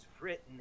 written